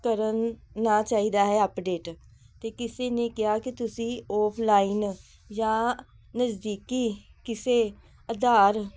ਕਰਨਾ ਚਾਹੀਦਾ ਹੈ ਅਪਡੇਟ ਅਤੇ ਕਿਸੇ ਨੇ ਕਿਹਾ ਕਿ ਤੁਸੀਂ ਆਫਲਾਈਨ ਜਾਂ ਨਜ਼ਦੀਕੀ ਕਿਸੇ ਆਧਾਰ